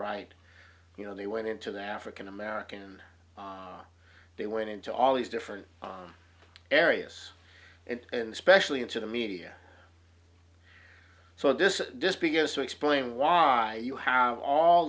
right you know they went into the african american they went into all these different areas and especially into the media so this is just begin to explain why you have all